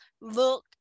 look